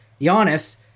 Giannis